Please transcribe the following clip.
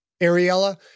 Ariella